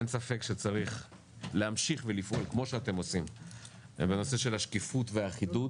אין ספק שצריך להמשיך ולפעול כמו שאתם עושים בנושא של השקיפות והאחידות